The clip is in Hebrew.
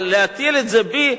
אבל להטיל את זה בי?